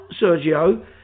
Sergio